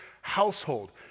household